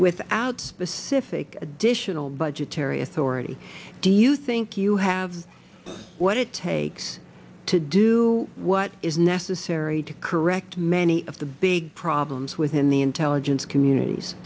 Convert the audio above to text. without specific additional budgetary authority do you think you have what it takes to do what is necessary to correct many of the big problems within the intelligence communities